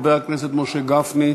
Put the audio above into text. חבר הכנסת משה גפני,